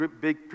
big